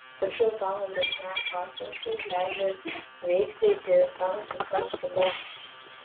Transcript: tačiau tam agresyviam patosui leidžia veikti iki tam tikros ribos